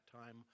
time